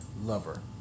Lover